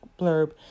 blurb